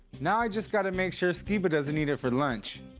now i just gotta make sure steven doesn't eat it for lunch.